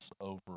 over